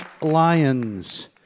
Lions